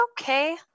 okay